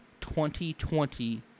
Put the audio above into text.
2020